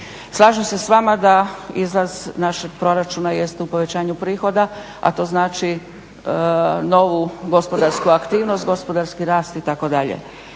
Slažem se s vama da izlaz našeg proračuna jest u povećanju prihoda a to znači, novu gospodarsku aktivnost, gospodarski rast itd.